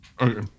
Okay